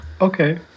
Okay